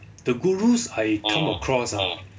the gurus I come across ah